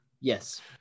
Yes